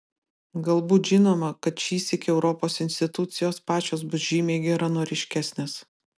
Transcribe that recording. galbūt žinoma kad šįsyk europos institucijos pačios bus žymiai geranoriškesnės